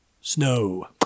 snow